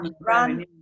run